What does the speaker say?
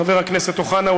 חבר הכנסת אוחנה,